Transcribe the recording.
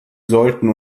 sollten